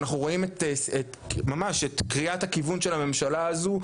אנחנו רואים ממש את קריאת הכיוון של הממשלה הזו,